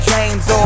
James